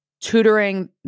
tutoring